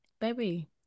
Baby